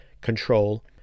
control